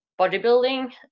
bodybuilding